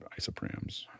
isoprams